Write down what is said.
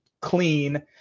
clean